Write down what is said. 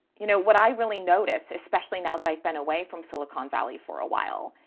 you know, what i really notice, especially now that i've been away from silicon valley for a while,